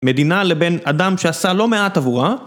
מדינה לבן אדם שעשה לא מעט עבורה